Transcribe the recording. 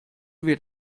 wird